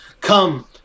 come